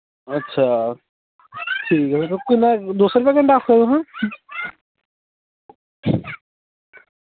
अच्छा किन्ना दौ सौ रपेआ किन्ना आक्खेआ तुसें